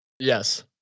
yes